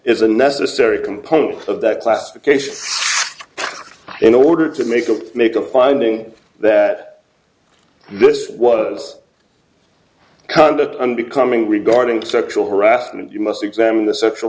a necessary component of that classification in order to make a make a finding that this was conduct unbecoming regarding sexual harassment you must examine the sexual